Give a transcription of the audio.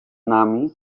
nami